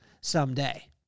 someday